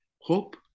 hope